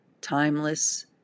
timeless